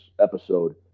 episode